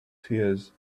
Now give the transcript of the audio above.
tears